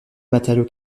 matériau